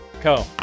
Co